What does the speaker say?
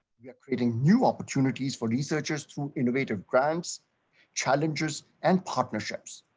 we're creating new opportunities for researchers to innovative grants challenges and partnerships.